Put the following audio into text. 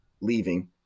leaving